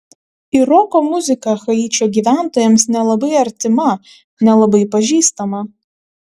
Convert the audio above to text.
ir roko muzika haičio gyventojams nelabai artima nelabai pažįstama